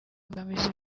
imbogamizi